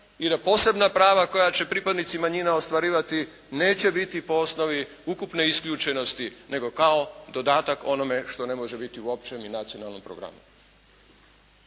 i da posebna prava koja će pripadnici manjina ostvarivati neće biti po osnovi ukupne isključenosti nego kao dodatak onome što ne može biti u općem i nacionalnom programu.